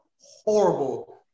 horrible